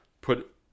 put